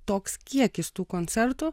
toks kiekis tų koncertų